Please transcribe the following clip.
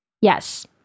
Yes